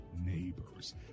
neighbors